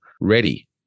ready